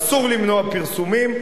אסור למנוע פרסומים,